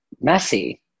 Messy